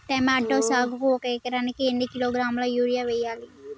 Tomato సాగుకు ఒక ఎకరానికి ఎన్ని కిలోగ్రాముల యూరియా వెయ్యాలి?